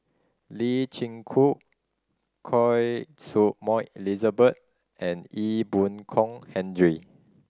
Lee Chin Koon Choy Su Moi Elizabeth and Ee Boon Kong Henry